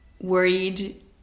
worried